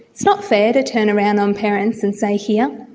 it's not fair to turn around on parents and say, here,